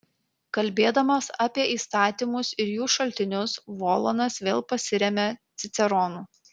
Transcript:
kalbėdamas apie įstatymus ir jų šaltinius volanas vėl pasiremia ciceronu